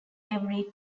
every